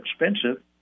expensive